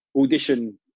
audition